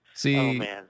See